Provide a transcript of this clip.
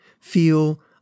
feel